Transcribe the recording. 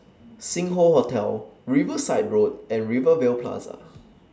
Sing Hoe Hotel Riverside Road and Rivervale Plaza